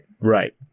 Right